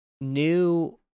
new